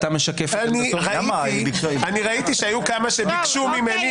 ראיתי שהיו כמה שביקשו ממני,